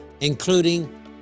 including